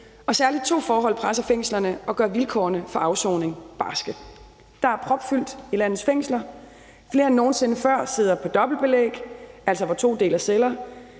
og særlig to forhold presser fængslerne og gør vilkårene for afsoning barske. Der er propfyldt i landets fængsler. Flere end nogen sinde før sidder på dobbeltbelæg, altså hvor to deler celle.